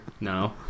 No